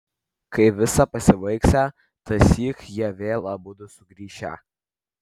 kai visa pasibaigsią tąsyk jie vėl abudu sugrįšią